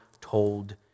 told